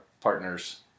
partners